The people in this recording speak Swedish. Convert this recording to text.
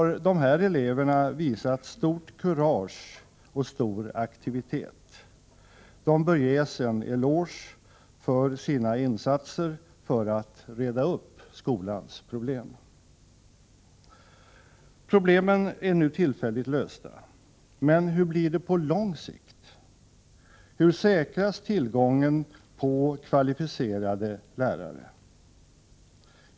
Dessa elever har visat stort kurage och stor aktivitet. De bör ges en eloge för sina insatser för att reda upp skolans problem. Problemen är nu tillfälligt lösta. Men hur blir det på lång sikt? Hur skall tillgången på kvalificerade lärare säkras?